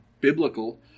biblical